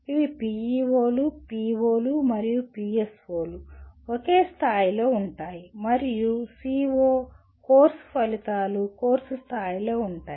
ఇవి PEO లు PO లు మరియు PSO లు ఒకే స్థాయిలో ఉంటాయి మరియు CO కోర్సు ఫలితాలు కోర్సు స్థాయిలో ఉంటాయి